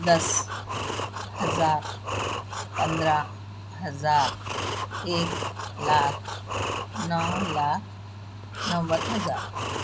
دس ہزار پندرہ ہزار ایک لاکھ نو لاکھ نو ہزار